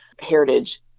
heritage